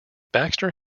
baxter